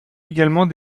également